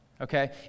Okay